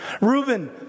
Reuben